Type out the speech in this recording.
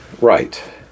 Right